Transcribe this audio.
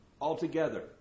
altogether